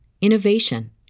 innovation